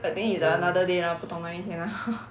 I think is another day lah 不同的一天 lah